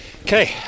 Okay